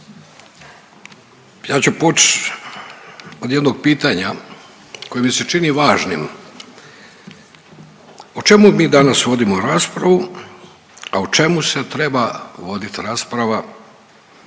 ja ću poći od jednog pitanja koje mi se čini važnim. O čemu mi danas vodimo raspravu, a o čemu se treba voditi rasprava?